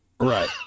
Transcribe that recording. Right